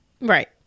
Right